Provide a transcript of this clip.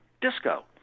disco